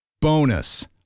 Bonus